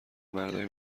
مردای